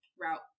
route